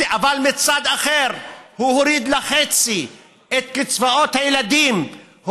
אבל מצד אחר הוא הוריד לחצי את קצבאות הילדים,